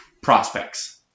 prospects